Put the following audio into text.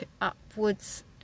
upwards